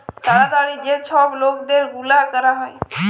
তাড়াতাড়ি যে ছব লেলদেল গুলা ক্যরা হ্যয়